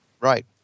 Right